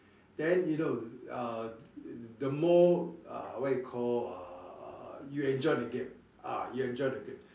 then you know uh the more uh what you call uh uh you enjoy the game ah you enjoy the game